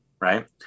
right